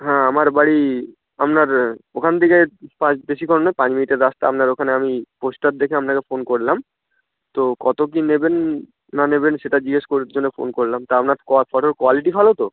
হ্যাঁ আমার বাড়ি আপনার ওখান থেকে পাঁচ বেশিক্ষণ না পাঁচ মিনিটের রাস্তা আপনার ওখানে আমি পোস্টার দেখে আপনাকে ফোন করলাম তো কত কী নেবেন না নেবেন সেটা জিজ্ঞেস করার জন্য ফোন করলাম তা আপনার ক ফটোর কোয়ালিটি ভালো তো